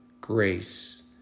grace